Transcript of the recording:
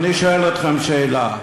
אני שואל אתכם שאלה.